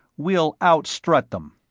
we'll out-strut them